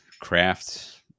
craft